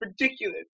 Ridiculous